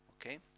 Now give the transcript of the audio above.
Okay